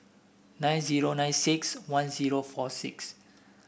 nine zero nine six one zero four six